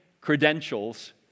credentials